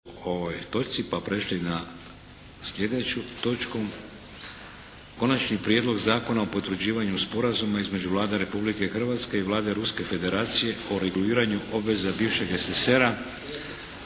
**Šeks, Vladimir (HDZ)** 5. Prijedlog zakona o potvrđivanju Sporazuma između Vlade Republike Hrvatske i Vlade Ruske Federacije o reguliranju obveza bivšeg SSSR-a